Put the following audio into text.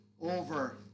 over